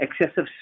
excessive